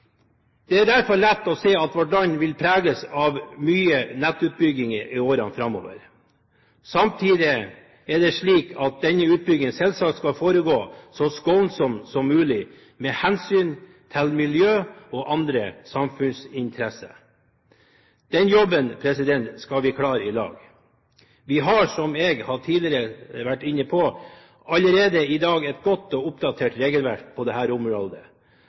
Det er derfor lett å se at vårt land vil preges av mye nettutbygging i årene framover. Samtidig er det slik at denne utbyggingen selvsagt skal foregå så skånsomt som mulig med hensyn til miljø og andre samfunnsinteresser. Den jobben skal vi klare i lag. Vi har, som jeg tidligere har vært inne på, allerede i dag et godt og oppdatert regelverk på dette området.